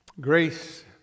Grace